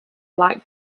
black